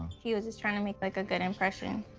he was just trying to make, like, a good impression.